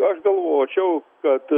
aš galvočiau kad